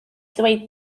ddweud